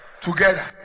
together